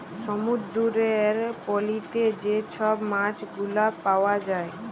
সমুদ্দুরের পলিতে যে ছব মাছগুলা পাউয়া যায়